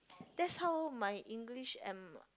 that's how my English and